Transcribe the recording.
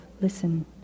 listen